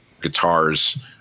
guitars